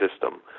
system